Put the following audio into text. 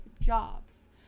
jobs